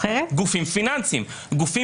חבר הכנסת גלעד קריב,